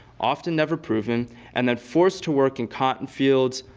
often never proven and then forced to work in cotton fields,